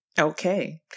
Okay